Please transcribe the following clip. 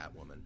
Catwoman